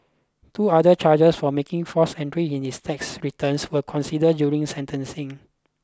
two other charges for making false entries in his tax returns were considered during sentencing